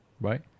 Right